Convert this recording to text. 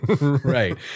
Right